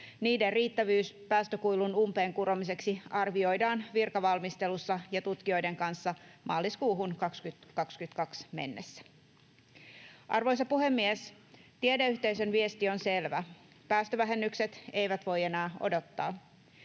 Niiden riittävyys päästökuilun umpeen kuromiseksi arvioidaan virkavalmistelussa ja tutkijoiden kanssa maaliskuuhun 2022 mennessä. Arvoisa puhemies! Tiedeyhteisön viesti on selvä: päästövähennykset eivät voi enää odottaa.